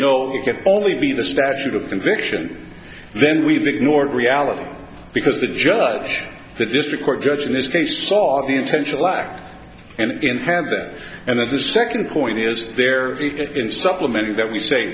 if you can only be the statute of conviction then we've ignored reality because the judge the district court judge in this case saw the intentional act and have that and then the second point is there in supplementary that we stay